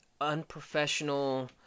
unprofessional